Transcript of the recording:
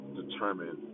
determine